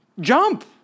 Jump